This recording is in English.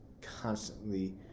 constantly